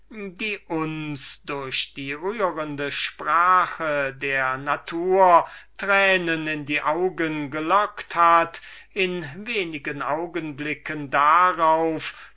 die uns durch die rührende sprache der natur tränen in die augen gelockt hat in wenigen augenblicken